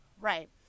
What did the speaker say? Right